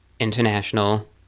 international